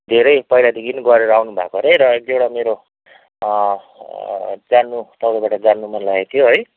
धेरै पहिलादेखि गरेर आउनुभएको अरे र एक दुईवटा मेरो जान्नु तपाईँबाट जान्नु मनलागेको थियो है